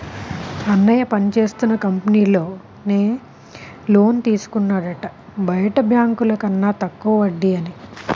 అన్నయ్య పనిచేస్తున్న కంపెనీలో నే లోన్ తీసుకున్నాడట బయట బాంకుల కన్న తక్కువ వడ్డీ అని